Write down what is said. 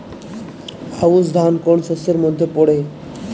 আউশ ধান কোন শস্যের মধ্যে পড়ে?